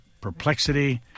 perplexity